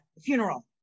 funeral